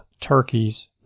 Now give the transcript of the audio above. turkeys